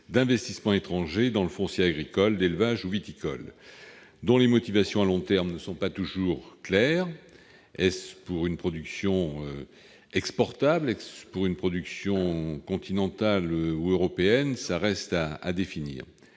d'investissements étrangers dans le foncier agricole, d'élevage ou viticole, dont les motivations à long terme ne sont pas toujours claires. Est-ce pour une production exportable, pour une production continentale ou européenne ? Cela reste à définir.